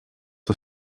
die